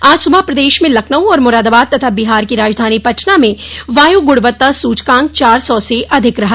आज सुबह प्रदेश में लखनऊ और मुरादाबाद तथा बिहार की राजधानी पटना में वायु गुणवत्ता सूचकांक चार सौ से अधिक रहा